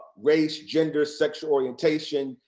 race, gender, sexual orientation,